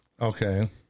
Okay